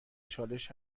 چالش